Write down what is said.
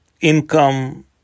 income